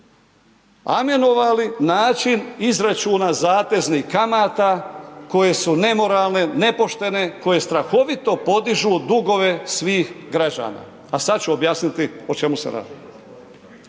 amenovali način izračuna zateznih kamata koje su nemoralne, nepoštene, koje strahovito podižu dugove svih građana, a sad ću objasniti o čemu se radi.